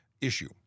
issue